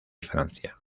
francia